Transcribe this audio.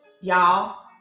y'all